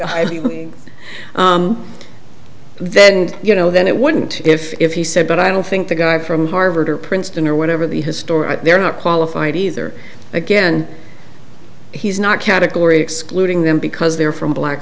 then you know then it wouldn't if if he said but i don't think the guy from harvard or princeton or whatever the historic they're not qualified either again he's not category excluding them because they're from black